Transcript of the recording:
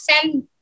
Send